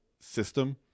system